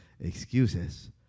excuses